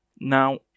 Now